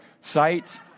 sight